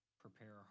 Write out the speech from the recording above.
prepare